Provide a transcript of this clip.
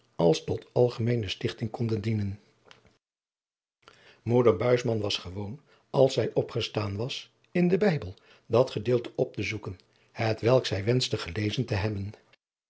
als tot algemeene stichting konden dienen moeder buisman was gewoon als zij opgestaan was in den bijbel dat gedeelte op te zoeken het welk zij wenschte gelezen te hebben